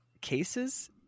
cases